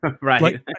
Right